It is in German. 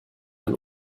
ein